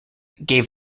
gave